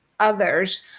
others